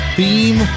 Theme